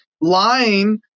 lying